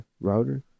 router